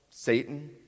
Satan